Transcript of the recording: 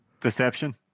Deception